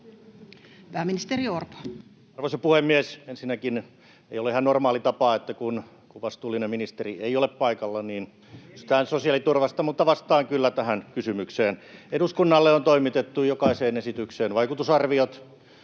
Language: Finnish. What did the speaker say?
Content: Arvoisa puhemies! Ensinnäkin, ei ole ihan normaali tapa, että kun vastuullinen ministeri ei ole paikalla, niin kysytään sosiaaliturvasta, mutta vastaan kyllä tähän kysymykseen. Eduskunnalle on toimitettu jokaiseen esitykseen vaikutusarviot.